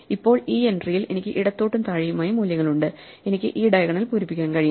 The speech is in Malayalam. ഇപ്പോൾ ഈ എൻട്രിയിൽ എനിക്ക് ഇടത്തോട്ടും താഴെയുമായി മൂല്യങ്ങളുണ്ട് എനിക്ക് ഈ ഡയഗണൽ പൂരിപ്പിക്കാൻ കഴിയും